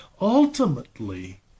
Ultimately